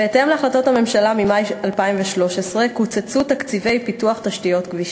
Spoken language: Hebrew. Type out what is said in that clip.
בהתאם להחלטות הממשלה ממאי 2013 קוצצו תקציבי פיתוח תשתיות כבישים.